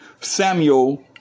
Samuel